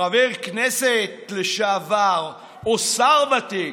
חבר כנסת לשעבר או שר ותיק.